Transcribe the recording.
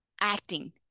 acting